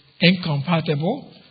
incompatible